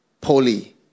Polly